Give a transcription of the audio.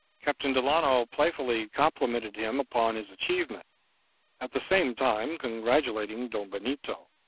captain delano playfully complimented him upon his achievement at the same time congratulating don benito.